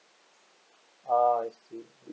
ah I see